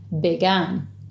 began